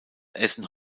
essen